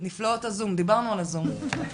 עד שנעלה שוב את דאשה, בבקשה.